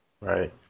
Right